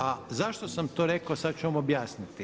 A zašto sam to rekao, sada ću vam objasniti.